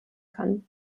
kann